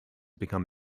become